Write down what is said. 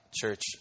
church